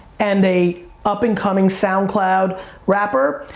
and a up and coming soundcloud rapper,